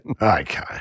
Okay